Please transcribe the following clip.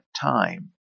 time